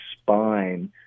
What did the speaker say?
spine